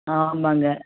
ஆமாம்ங்க